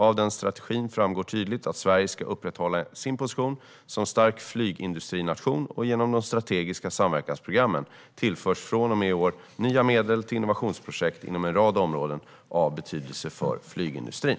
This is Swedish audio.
Av den strategin framgår tydligt att Sverige ska upprätthålla sin position som stark flygindustrination, och genom de strategiska samverkansprogrammen tillförs från och med i år nya medel till innovationsprojekt inom en rad områden av betydelse för flygindustrin.